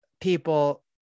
people